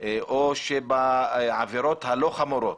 או בעבירות הלא חמורות,